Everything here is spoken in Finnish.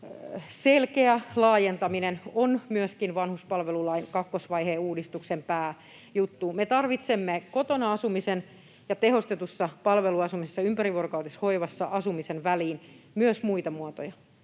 selkeä laajentaminen on myöskin vanhuspalvelulain kakkosvaiheen uudistuksen pääjuttu. Me tarvitsemme kotona asumisen ja tehostetussa palveluasumisessa ympärivuorokautishoivassa asumisen väliin myös muita muotoja